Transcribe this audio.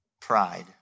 pride